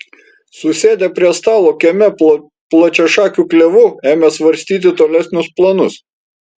susėdę prie stalo kieme po plačiašakiu klevu ėmė svarstyti tolesnius planus